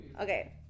Okay